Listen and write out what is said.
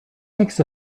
makes